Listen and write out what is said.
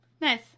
Nice